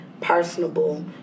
personable